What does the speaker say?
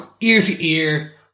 ear-to-ear